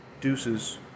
Deuces